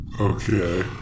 Okay